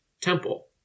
Temple